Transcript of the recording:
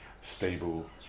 stable